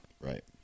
Right